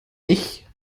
mich